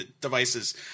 devices